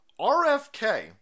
RFK